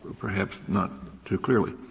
perhaps not too clearly,